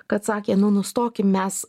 kad sakė nu nustokim mes